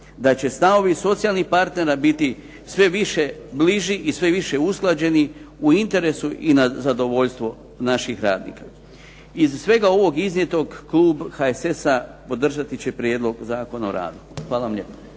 da će stavovi socijalnih partnera biti sve više bliži i sve više usklađeni u interesu i na zadovoljstvo naših radnika. Iz svega ovog iznijetog, klub HSS-a podržati će Prijedlog zakona o radu. Hvala vam lijepo.